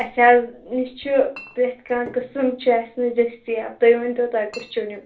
اَسہِ حَظ چھِ پرٛٮ۪تھ کانٛہہ قٕسٕم چھِ اَسہِ نِش دٔستِیاب تُہۍ ؤنۍتٕو تۄہہِ کُس چھُ نِیُن